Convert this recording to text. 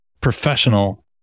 professional